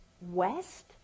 West